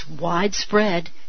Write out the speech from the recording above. widespread